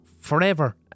forever